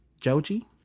Joji